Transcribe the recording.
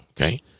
okay